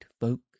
folk